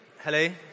Hello